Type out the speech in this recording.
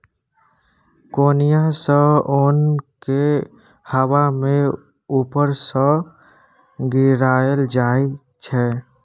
कोनियाँ सँ ओन केँ हबा मे उपर सँ गिराएल जाइ छै